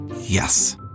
yes